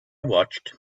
watched